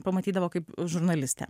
pamatydavo kaip žurnalistę